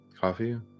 Coffee